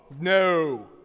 no